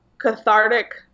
cathartic